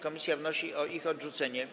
Komisja wnosi o ich odrzucenie.